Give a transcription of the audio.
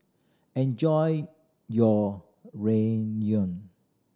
enjoy your Ramyeon